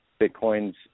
Bitcoin's